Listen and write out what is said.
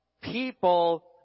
People